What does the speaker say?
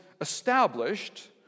established